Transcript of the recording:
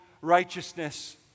righteousness